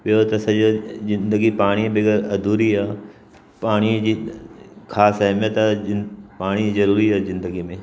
ॿियों त सॼो ज़िंदगी पाणी जे बग़ैर अधूरी आहे पाणीअ जी ख़ासि अहमियत जिन पाणी ज़रूरी आहे ज़िंदगीअ में